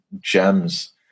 gems